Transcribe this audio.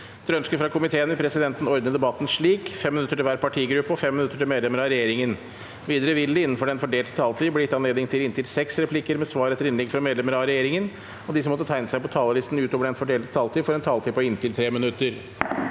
konstitusjonskomiteen vil presidenten ordne debatten slik: 5 minutter til hver partigruppe og 5 minutter til medlemmer av regjeringen. Videre vil det – innenfor den fordelte taletid – bli gitt anledning til inntil seks replikker med svar etter innlegg fra medlemmer av regjeringen, og de som måtte tegne seg på talerlisten utover den fordelte taletid, får en taletid på inntil 3 minutter.